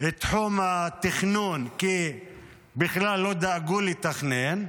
תחום התכנון כי בכלל לא דאגו לתכנן.